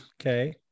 okay